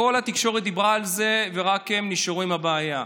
כל התקשורת דיברה על זה, ורק הם נשארו עם הבעיה.